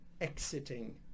exiting